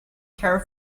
her